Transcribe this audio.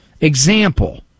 Example